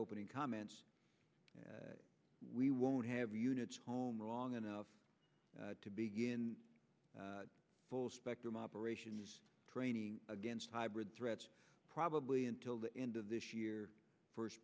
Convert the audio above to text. opening comments we won't have units home wrong enough to begin full spectrum operations training against hybrid threats probably until the end of this year first